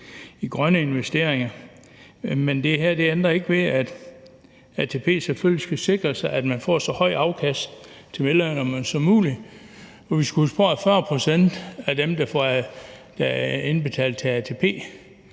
grønne investeringer. Men det her ændrer ikke ved, at ATP selvfølgelig skal sikre sig, at man får så højt et afkast til medlemmerne som muligt, og vi skal huske på, at for 40 pct. af dem, der indbetaler til ATP,